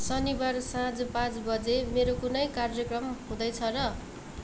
शनिवार साँझ पाँच बजे मेरो कुनै कार्यक्रम हुँदैछ र